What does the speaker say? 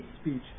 speech